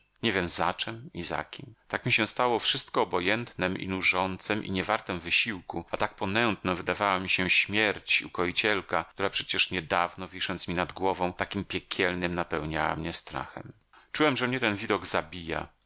nie wiem za czem i za kim tak mi się stało wszystko obojętnem i nużącem i niewartem wysiłku a tak ponętną wydawała mi się smierćśmierć ukoicielka która przecież niedawno wisząc mi nad głową takim piekielnym napełniała mnie strachem czułem że mnie ten widok zabija